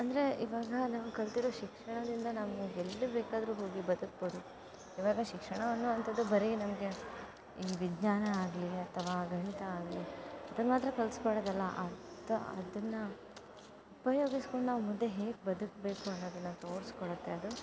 ಅಂದರೆ ಇವಾಗ ನಾವು ಕಲ್ತಿರೋ ಶಿಕ್ಷಣದಿಂದ ನಾವು ಎಲ್ಲಿ ಬೇಕಾದರೂ ಹೋಗಿ ಬದುಕ್ಬೋದು ಇವಾಗ ಶಿಕ್ಷಣ ಅನ್ನುವಂತದ್ದು ಬರೀ ನಮಗೆ ಈ ವಿಜ್ಞಾನ ಆಗಲಿ ಅಥವಾ ಗಣಿತ ಆಗಲಿ ಇದನ್ನು ಮಾತ್ರ ಕಲಿಸ್ಕೊಡೋದಲ್ಲ ಅಂತ ಅದನ್ನು ಉಪಯೋಗಿಸಿಕೊಂಡು ನಾವು ಮುಂದೆ ಹೇಗೆ ಬದುಕಬೇಕು ಅನ್ನೋದನ್ನು ತೋರಿಸ್ಕೊಡುತ್ತೆ ಅದು